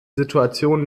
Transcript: situation